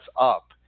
up